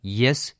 yes